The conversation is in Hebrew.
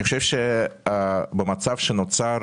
במצב שנוצר